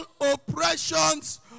oppressions